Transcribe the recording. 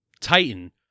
Titan